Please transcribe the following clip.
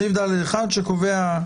סעיף (ד)(1) שקובע,